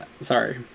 Sorry